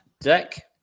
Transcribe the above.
Deck